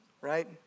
right